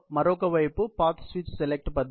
మరొక వైపు path switch select పద్ధతి